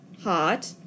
Hot